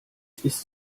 ist